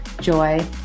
joy